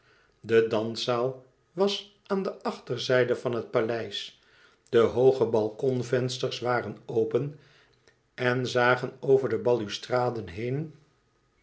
de danszaal was aan de achterzijde van het paleis de hooge balkonvensters waren open en zagen over de balustraden heen